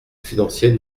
financier